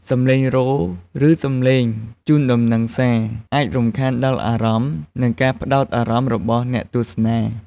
សំឡេងរោទ៍ ឬសំឡេងជូនដំណឹងសារ អាចរំខានដល់អារម្មណ៍ និងការផ្ដោតអារម្មណ៍របស់អ្នកទស្សនា។